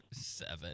seven